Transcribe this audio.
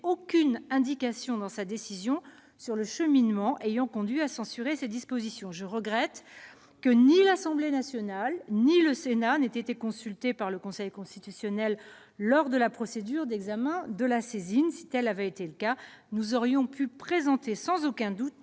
aucune indication dans sa décision sur le cheminement l'ayant conduit à censurer ces dispositions. Je regrette que ni l'Assemblée nationale ni le Sénat n'aient été consultés par le Conseil constitutionnel lors de la procédure d'examen de la saisine. Si tel avait été le cas, nous aurions sans aucun doute